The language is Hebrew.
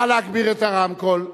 נא להגביר את הרמקול.